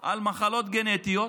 על מחלות גנטיות.